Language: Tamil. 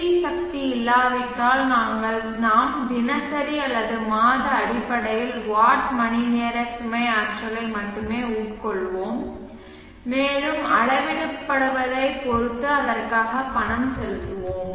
வி சக்தி இல்லாவிட்டால் நாங்கள் தினசரி அல்லது மாத அடிப்படையில் வாட் மணிநேர சுமை ஆற்றலை மட்டுமே உட்கொள்வோம் மேலும் அளவிடப்படுவதைப் பொறுத்து அதற்காக பணம் செலுத்துவோம்